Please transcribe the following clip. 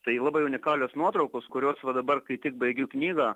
tai labai unikalios nuotraukos kurios va dabar kai tik baigiu knygą